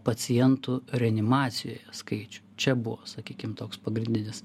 pacientų reanimacijoje skaičių čia buvo sakykim toks pagrindinis